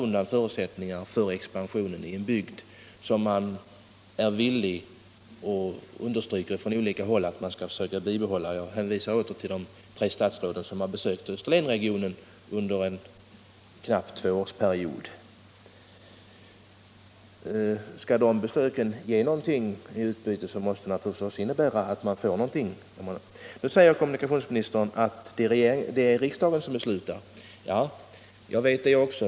Då är förutsättningen för expansion borta i en bygd som man från olika håll har understrukit borde åstadkommas. Jag hänvisar här till att AT förbindelserna med tre statsråd har besökt Österlenregionen under en knapp tvåårsperiod. Om det skall vara någon mening med de besöken så måste de innebära något utbyte. Kommunikationsministern säger att det är riksdagen som beslutar. Det vet jag också.